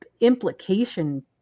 implication